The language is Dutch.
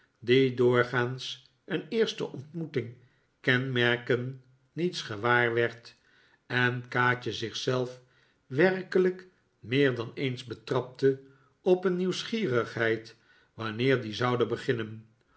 die doorgaans een eerste ontmoeting kenmerken niets gewaar werd en kaatje zich zelf werkelijk meer dan eens betrapte op een nieuwsgierigheid wanneer die zouden beginnen